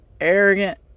arrogant